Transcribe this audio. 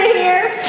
here.